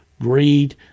greed